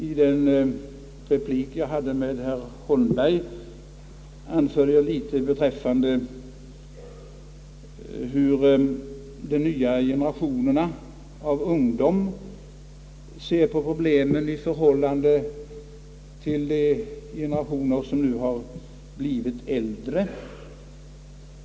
I min replik till herr Holmberg angav jag något om hur de nya generationerna av ungdomar ser på problemen i förhållande till de generationer som nu har blivit äldre.